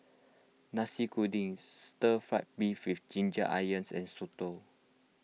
Nasi Kuning Stir Fried Beef with Ginger Onions and Soto